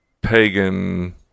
pagan